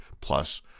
plus